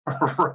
Right